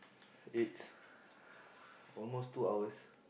it's almost two hours